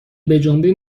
بجنبین